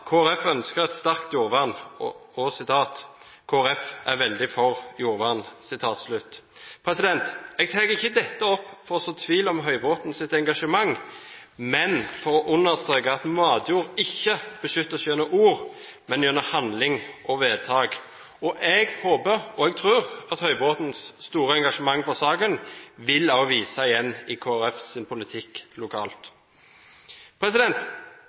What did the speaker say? ønsker et sterkt jordvern, og Kristelig Folkeparti er veldig for jordvern. Jeg tar ikke dette opp for å så tvil om Høybråtens engasjement, men for å understreke at matjord ikke beskyttes gjennom ord, men gjennom handling og vedtak. Jeg håper og tror at Høybråtens store engasjement i saken vil vises igjen i Kristelig Folkepartis politikk lokalt.